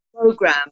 program